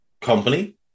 company